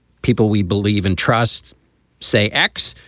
people, we believe in trust say x,